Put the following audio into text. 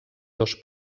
dos